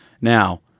Now